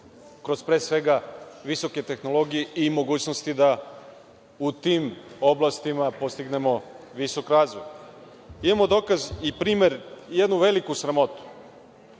kroz pre svega visoke tehnologije i mogućnosti da u tim oblastima postignemo visok razvoj. Imamo dokaz i primer i jednu veliku sramotu